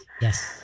yes